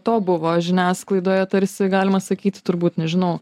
to buvo žiniasklaidoje tarsi galima sakyti turbūt nežinau